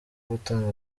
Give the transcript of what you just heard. gutanga